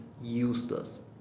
useless